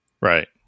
Right